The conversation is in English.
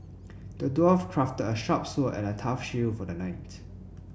the dwarf crafted a sharp sword and a tough shield for the knight